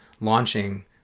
launching